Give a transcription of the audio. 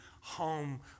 home